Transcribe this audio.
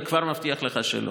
אני כבר מבטיח לך שלא.